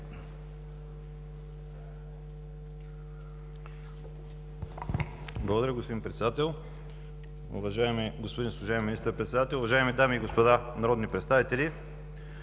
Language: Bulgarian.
Благодаря, господин Председател. Уважаеми господин служебен Министър-председател, уважаеми дами и господа народни представители!